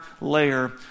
layer